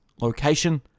location